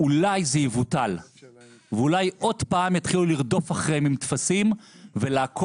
אולי זה יבוטל ואולי עוד פעם יתחילו לרדוף אחריהם עם טפסים ולעקוב